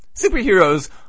Superheroes